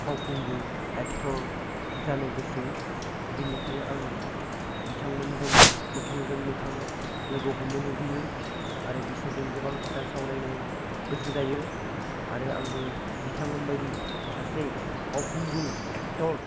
फावखुंगुर एक्ट'र जानो गोसो बेनिखायनो आं बिथांमोनजों मोखांजों मोखां लोगो हमनो लुबैयो आरो बिसोरजों गोबां खोथा सावरायनो गोसो जायो आरो आंबो बिथांमोनबायदि सासे फावखुंगुर एक्ट'र